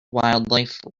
wildlife